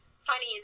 funny